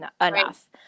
enough